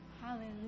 Hallelujah